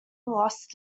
lost